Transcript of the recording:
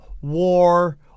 war